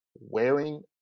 wearing